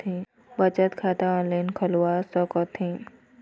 बचत खाता ऑनलाइन खोलवा सकथें?